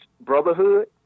Brotherhood